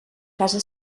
casa